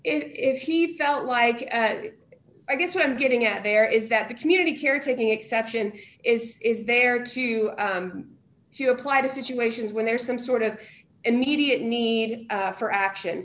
if he felt like i guess what i'm getting at there is that the community care taking exception is is there to to apply to situations where there's some sort of immediate need for action